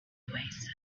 oasis